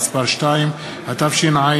(מס' 2), התשע"ה